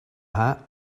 hat